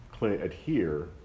adhere